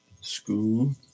school